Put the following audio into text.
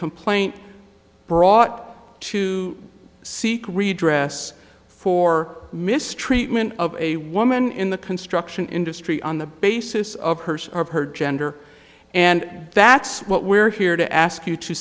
complaint brought to seek redress for mistreatment of a woman in the construction industry on the basis of hers or her gender and that's what we're here to ask you to